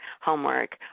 homework